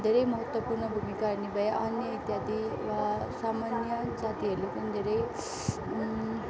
धेरै महत्त्वपूर्ण भूमिकाहरू निभायो अनि इत्यादि र सामान्य साथीहरूले पनि धेरै